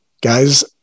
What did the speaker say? Guys